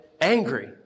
angry